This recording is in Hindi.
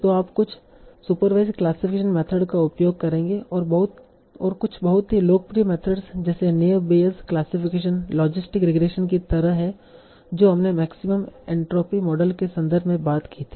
तो आप कुछ सुपरवाईसड क्लासिफिकेशन मेथड का उपयोग करेंगे और कुछ बहुत ही लोकप्रिय मेथड्स जैसे naive Bayes classification logistic regression की तरह हैं जो हमने मैक्सिमम एन्ट्रापी मॉडल के संदर्भ में बात की थी